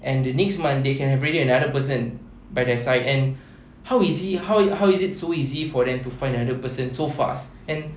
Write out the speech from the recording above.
and the next month they have already another person by their side and how is he how how is it so easy for them to find another person so fast and